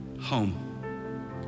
home